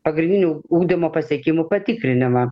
pagrindinių ugdymo pasiekimų patikrinimą